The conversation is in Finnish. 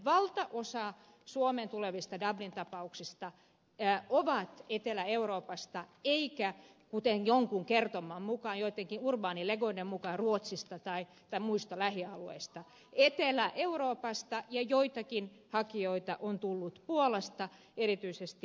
valtaosa suomeen tulevista dublin tapauksista on etelä euroopasta eikä kuten joidenkin urbaanilegendojen mukaan ruotsista tai muilta lähialueilta etelä euroopasta ja joitakin hakijoita on tullut puolasta erityisesti tsetseenejä